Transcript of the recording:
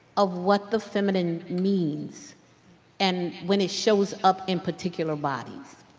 of what the feminine means and when it shows up in particular bodies